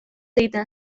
egiten